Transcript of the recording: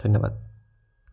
ধন্যবাদ